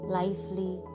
lively